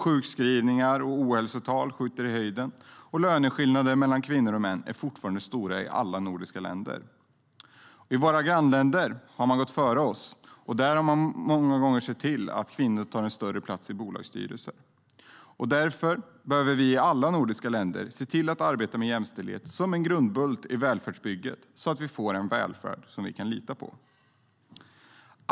Sjukskrivningar och ohälsotal skjuter i höjden, och löneskillnaderna mellan kvinnor och män är fortfarande stora i alla nordiska länder. I våra grannländer har man gått före oss. Där har man många gånger sett till att kvinnor tar större plats i bolagsstyrelser. Vi behöver i alla nordiska länder se till att arbeta med jämställdhet som en grundbult i välfärdsbygget, så att vi får en välfärd som vi kan lita på.